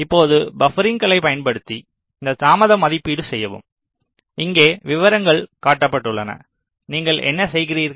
இப்போது பப்பரிங்களைப் பயன்படுத்தி இந்த தாமத மதிப்பீடு செய்யவும் இங்கே விவரங்கள் காட்டப்பட்டுள்ளன நீங்கள் என்ன செய்கிறீர்கள்